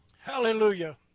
Hallelujah